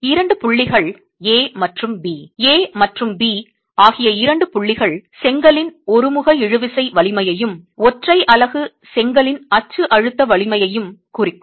இரண்டு புள்ளிகள் A மற்றும் B A மற்றும் B ஆகிய இரண்டு புள்ளிகள் செங்கலின் ஒருமுக இழுவிசை வலிமையையும் ஒற்றை அலகு செங்கலின் அச்சு அழுத்த வலிமையையும் குறிக்கும்